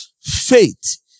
faith